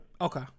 Okay